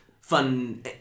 fun